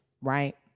right